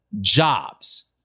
jobs